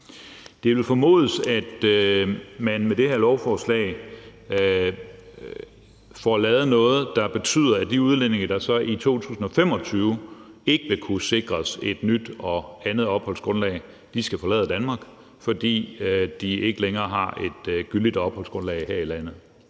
Det må formodes, at man med det her lovforslag får lavet noget, der betyder, at de udlændinge, der så i 2025 ikke vil kunne sikres et nyt og andet opholdsgrundlag, skal forlade Danmark, fordi de ikke længere har et gyldigt opholdsgrundlag her i landet.